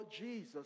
Jesus